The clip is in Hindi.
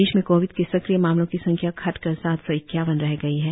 प्रदेश में कोविड के सक्रिय मामलों की संख्या घटकर सात सौ इक्यावन रह गई है